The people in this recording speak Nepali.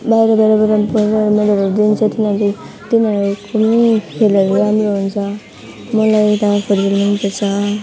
बाहिर बाहिरबाट बोलाएर मेडलहरू दिन्छ तिनीहरू तिनीहरूको पनि खेलहरू राम्रो हुन्छ